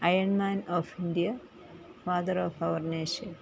iron man of India father of our nation